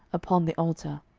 upon the altar.